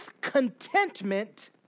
contentment